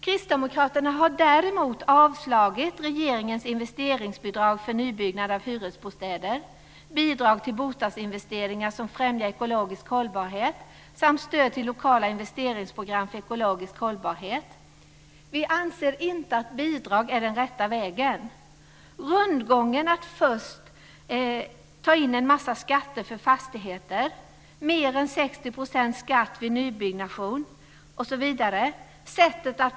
Kristdemokraterna har yrkat avslag på regeringens förslag om investeringsbidrag för nybyggnad av hyresbostäder, bidrag till bostadsinvesteringar som främjar ekologisk hållbarhet samt stöd till lokala investeringsprogram för ekologisk hållbarhet. Vi anser inte att bidrag är den rätta vägen. Det blir en rundgång om man först tar in en massa skatter för fastigheterna. Det är mer än 60 % skatt vid nybyggnation.